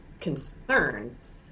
concerns